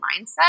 mindset